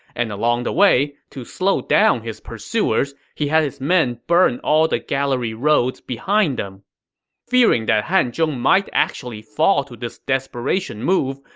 and along the way, to slow down his pursuers, he had his men burn all the gallery roads behind them fearing that hanzhong might actually fall to this desperation move,